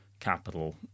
capital